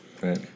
right